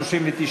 39,